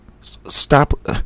stop